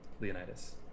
Leonidas